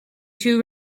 two